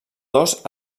dos